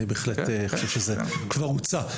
אני בהחלט חושב שזה כבר הוצע.